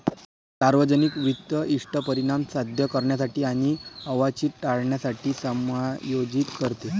सार्वजनिक वित्त इष्ट परिणाम साध्य करण्यासाठी आणि अवांछित टाळण्यासाठी समायोजित करते